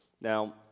Now